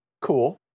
cool